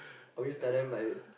always talk them like